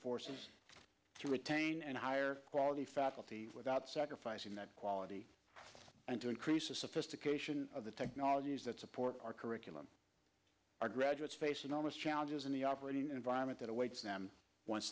forces to retain and higher quality faculty without sacrificing that quality and to increase of sophistication of the technologies that support our curriculum our graduates face enormous challenges in the operating environment that awaits them once